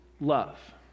love